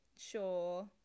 sure